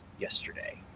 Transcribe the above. yesterday